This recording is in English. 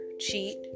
cheat